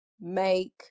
make